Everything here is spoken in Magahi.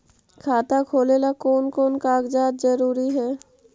खाता खोलें ला कोन कोन कागजात जरूरी है?